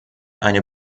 eine